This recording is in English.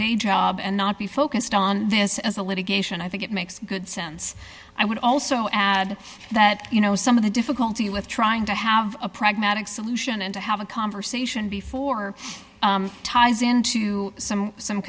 day job and not be focused on this as a litigation i think it makes good sense i would also add that you know some of the difficulty with trying to have a pragmatic solution and to have a conversation before ties into some some